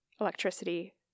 electricity